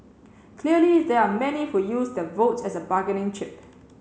clearly there are many who use their vote as a bargaining chip